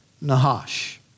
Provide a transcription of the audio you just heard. Nahash